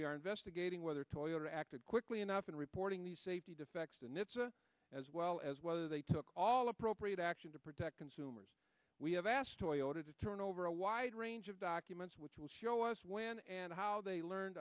we are investigating whether toyota acted quickly enough in reporting the safety defects to nitsa as well as whether they took all appropriate action to protect consumers we have asked toyotas to turn over a wide range of documents which will show us when and how they learn